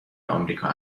آمریکا